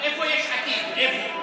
איפה יש עתיד, איפה?